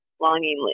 longingly